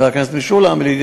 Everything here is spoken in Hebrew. חבר הכנסת משולם נהרי,